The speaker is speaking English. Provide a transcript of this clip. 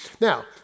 Now